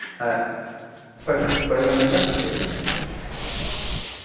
ᱦᱮᱸ ᱚᱠᱚᱭ ᱵᱮᱞ ᱞᱟᱹᱭ ᱮᱫᱟ ᱞᱟᱹᱭ ᱵᱮᱱ